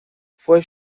fue